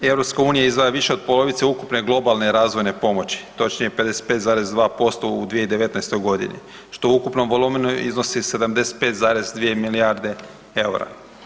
EU izdvaja više od polovice ukupne globalne razvojne pomoći, točnije 55,2% u 2019. godini što u ukupnom volumenu iznosi 75,2 milijarde eura.